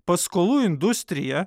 paskolų industrija